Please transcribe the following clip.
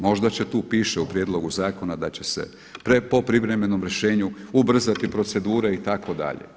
Možda će tu, piše u prijedlogu zakona da će se po privremenom rješenju ubrzati procedura itd.